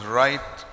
right